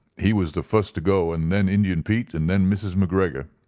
he was the fust to go, and then indian pete, and then mrs. mcgregor,